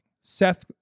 Seth